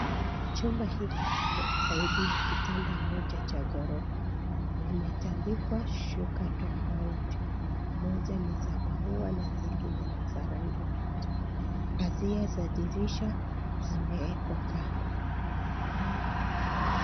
Chumba hiki kina zaidi ya kitanda moja cha ghorofa. Vimetandikwa shuka tofauti moja ni za maua na zingine ni za rangi moja. Pazia za dirisha zimewekwa kando.